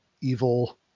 evil